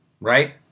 Right